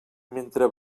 mentre